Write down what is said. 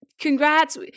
congrats